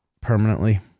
permanently